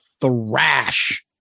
thrash